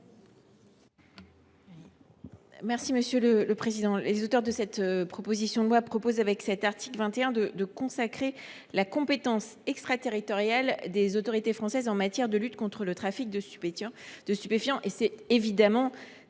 Narassiguin, sur l’article. Les auteurs de cette proposition de loi proposent, à l’article 21, de consacrer la compétence extraterritoriale des autorités françaises en matière de lutte contre le trafic de stupéfiants. C’est évidemment